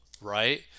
right